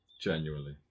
Genuinely